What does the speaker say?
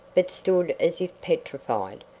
but stood as if petrified.